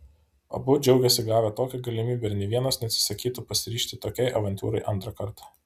abu džiaugėsi gavę tokią galimybę ir nė vienas neatsisakytų pasiryžti tokiai avantiūrai antrą kartą